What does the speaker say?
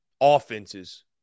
offenses